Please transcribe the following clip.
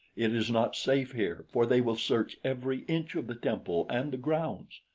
it is not safe here, for they will search every inch of the temple and the grounds.